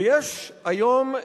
ויש היום,